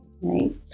Right